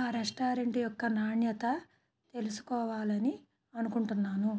ఆ రెస్టారెంట్ యొక్క నాణ్యత తెలుసుకోవాలని అనుకుంటున్నాను